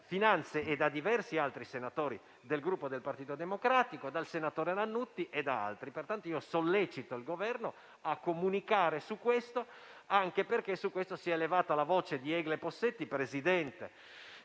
e da diversi altri senatori del Gruppo Partito Democratico, dal senatore Lannutti e da altri ancora. Pertanto, sollecito il Governo a comunicare a tal riguardo, anche perché in merito si è levata la voce di Egle Possetti, presidente